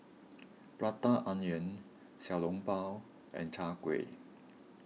Prata Onion Xiao Long Bao and Chai Kueh